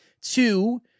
Two